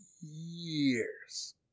years